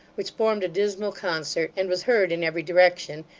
which formed a dismal concert, and was heard in every direction,